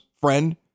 friend